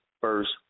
first